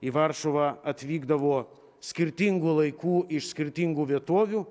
į varšuvą atvykdavo skirtingų laikų iš skirtingų vietovių